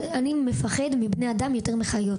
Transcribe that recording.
פוחד מבני אדם יותר מחיות.